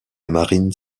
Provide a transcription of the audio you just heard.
marine